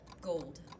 Gold